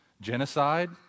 genocide